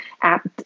app